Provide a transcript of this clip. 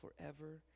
forever